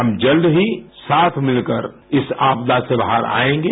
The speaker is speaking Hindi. हम जल्द ही साथ मिलकर इस आपदा से बाहर आएंगे